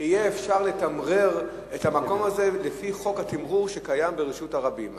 שאפשר יהיה לתמרר את המקום הזה לפי חוק התמרור שקיים ברשות הרבים.